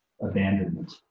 abandonment